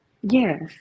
Yes